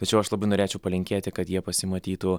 tačiau aš labai norėčiau palinkėti kad jie pasimatytų